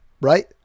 right